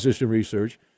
research